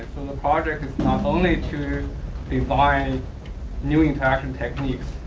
the project is not only to design new interaction techniques.